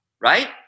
right